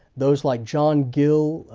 those like john gill,